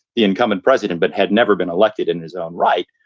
the incumbent president, but had never been elected in his own right.